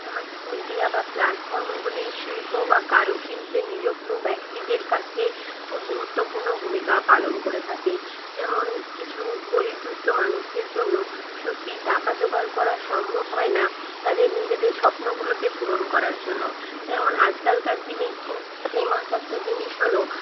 সামাজিক মিডিয়া বা প্ল্যাটফর্মগুলি শিল্প বা কারুশিল্পে নিযুক্ত ব্যক্তিদের কাছে খুব গুরুত্বপূর্ণ ভূমিকা পালন করে থাকে যেমন কিছু গরীব দুঃস্থ মানুষদের জন্য সত্যি টাকা জোগাড় করা সম্ভব হয় না তাদের নিজেদের স্বপ্নগুলোকে পূরণ করার জন্য যেমন আজকালকার দিনে খুব ফেমাস একটা জিনিস হল